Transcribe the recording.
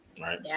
Right